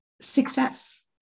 success